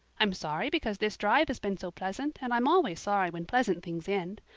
i'm sorry because this drive has been so pleasant and i'm always sorry when pleasant things end.